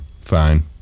fine